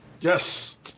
Yes